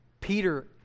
Peter